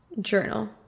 journal